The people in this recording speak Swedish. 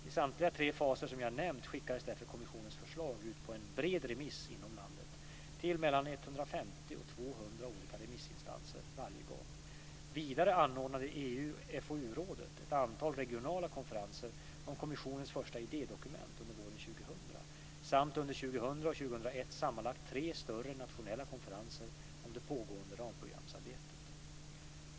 I samtliga tre faser som jag nämnt skickades därför kommissionens förslag ut på en bred remiss inom landet, till mellan 150 och 200 olika remissinstanser varje gång. Vidare anordnade EU/FoU-rådet ett antal regionala konferenser om kommissionens första idédokument under våren 2000, samt under 2000 och 2001 sammanlagt tre större nationella konferenser om det pågående ramprogramsarbetet.